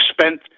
spent